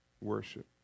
Worship